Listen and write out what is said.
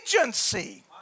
agency